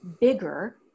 bigger